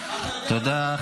--- תודה.